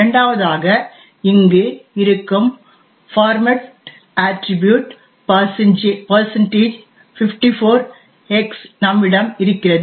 இரண்டாவதாக இங்கு இருக்கும் பார்மேட் அட்ரிபியூட் 54x நம்மிடம் இருக்கிறது